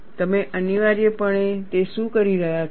તમે અનિવાર્યપણે તે શું કરી રહ્યા છો